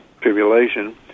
tribulation